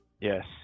Yes